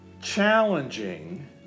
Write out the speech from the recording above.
challenging